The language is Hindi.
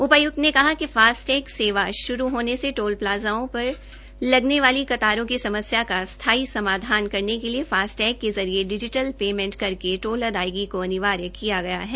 उपाय्क्त ने कहा कि फास्ट टैग सेवा श्रू होने से टोल प्लाजाओं पर लगने वाली कतारों की समस्या का स्थायी समाधान करने के लिए फास्ट टैग के जरिए डिजिटल पेमेंट करके टोल अदायगी को अनिवार्य किया गया है